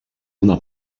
una